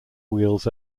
wheels